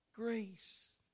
Grace